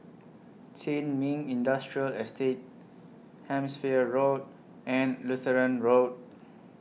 Sin Ming Industrial Estate Hampshire Road and Lutheran Road